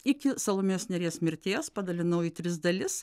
iki salomėjos nėries mirties padalinau į tris dalis